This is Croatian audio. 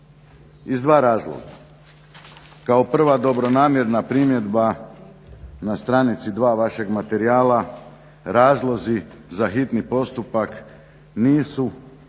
Iz dva razloga, kao prvo dobronamjerna primjedba na stranici dva vašega materijala razlozi za hitni postupak nisu